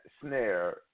snare